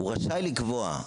הוא רשאי לקבוע.